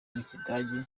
rw’ikidage